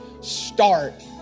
start